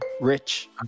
Rich